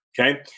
okay